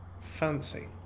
fancy